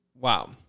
Wow